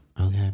okay